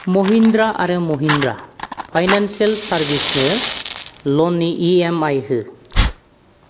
महिन्द्रा आरो महिन्द्रा फाइनानसियेल सार्भिसनो लननि इएमआइ हो